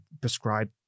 prescribe